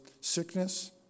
sickness